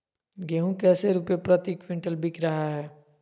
गेंहू कैसे रुपए प्रति क्विंटल बिक रहा है?